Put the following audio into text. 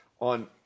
On